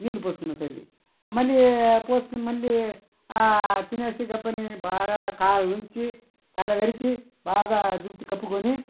నీళ్ళు పోసుకున్న చలి మళ్ళీ పోసుకుని మళ్ళీ తినేసి గప్పని బాగా కాళ్ల నుంచి తల వరకు బాగా దుప్పటి కప్పుకొని